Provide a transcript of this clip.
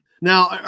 Now